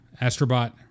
Astrobot